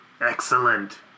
excellent